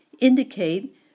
indicate